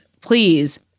please